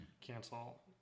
Cancel